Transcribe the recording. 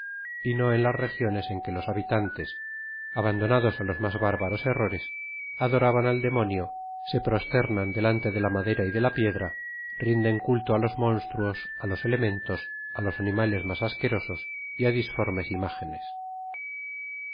y no en las regiones en qne los habitantes abandonados á los mas bárbaros errores adoraban al demonio se prosternan delante de la madera y de la piedra rinden culto á los monstruos á los elementos á los animales mas asquerosos y á disformes imágenes